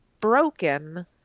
broken